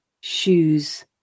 shoes